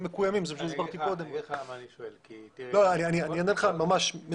העניין של גזי חממה חשוב מאוד.